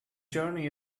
journey